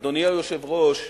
אדוני היושב-ראש,